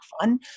fun